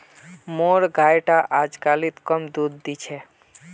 मोर गाय टा अजकालित कम दूध दी छ